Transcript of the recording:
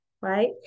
right